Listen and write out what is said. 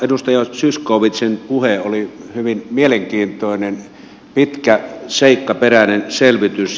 edustaja zyskowiczin puhe oli hyvin mielenkiintoinen pitkä seikkaperäinen selvitys